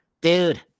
dude